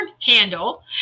handle